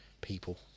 people